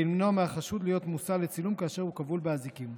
למנוע מהחשוד להיות מושא לצילום כאשר הוא כבול באזיקים.